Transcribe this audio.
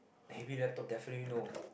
heavy laptop definitely no